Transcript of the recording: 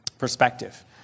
Perspective